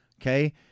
Okay